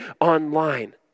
online